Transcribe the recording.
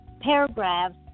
paragraphs